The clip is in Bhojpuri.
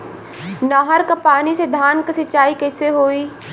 नहर क पानी से धान क सिंचाई कईसे होई?